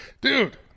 Dude